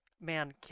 Man